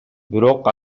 бирок